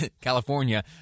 California